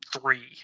three